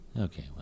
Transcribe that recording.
Okay